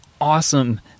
awesome